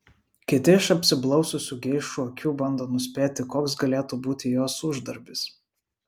kiti iš apsiblaususių geišų akių bando nuspėti koks galėtų būti jos uždarbis